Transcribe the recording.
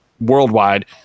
worldwide